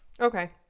Okay